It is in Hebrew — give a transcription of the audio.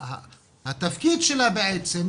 התפקיד שלה בעצם,